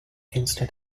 instead